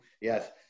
yes